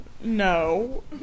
no